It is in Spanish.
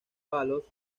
palos